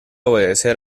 obedecer